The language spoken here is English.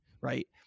right